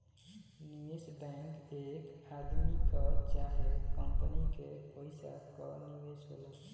निवेश बैंक एक आदमी कअ चाहे कंपनी के पइसा कअ निवेश होला